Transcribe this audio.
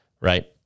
right